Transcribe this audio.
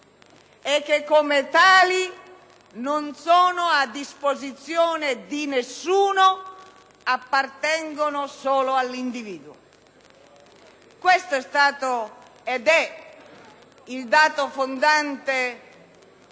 e che, come tali, non sono a disposizione di nessuno, appartengono solo all'individuo? Questo è stato ed è il dato fondante